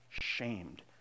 shamed